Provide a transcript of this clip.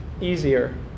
easier